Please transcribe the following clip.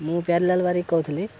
ମୁଁ ପ୍ୟାରିଲାଲ ବାରିକ କହୁଥିଲି